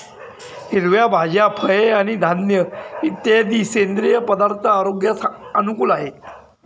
हिरव्या भाज्या, फळे आणि धान्य इत्यादी सेंद्रिय पदार्थ आरोग्यास अनुकूल आहेत